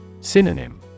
Synonym